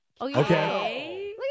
Okay